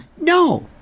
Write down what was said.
No